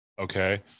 Okay